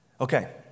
Okay